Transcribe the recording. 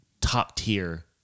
top-tier